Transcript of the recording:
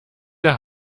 der